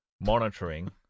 monitoring